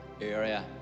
area